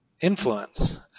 influence